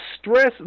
stress